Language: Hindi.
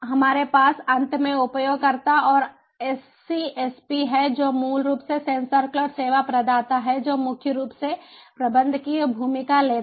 हमारे पास अंत में उपयोगकर्ता और SCSP है जो मूल रूप से सेंसर क्लाउड सेवा प्रदाता है जो मुख्य रूप से प्रबंधकीय भूमिका लेता है